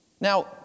Now